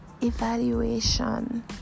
evaluation